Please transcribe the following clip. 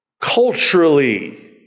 culturally